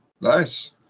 Nice